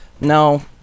No